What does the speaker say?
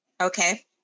Okay